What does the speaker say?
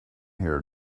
here